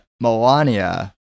Melania